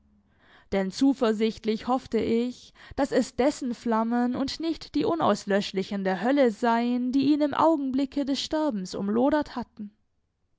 denn zuversichtlich hoffte ich daß es dessen flammen und nicht die unauslöschlichen der hölle seien die ihn im augenblicke des sterbens umlodert hatten